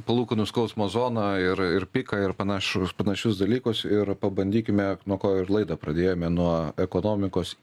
palūkanų skausmo zoną ir ir piką ir panašu panašius dalykus ir pabandykime nuo ko ir laidą pradėjome nuo ekonomikos